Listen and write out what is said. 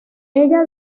ella